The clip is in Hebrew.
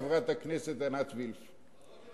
חברת הכנסת עינת וילף,